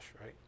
right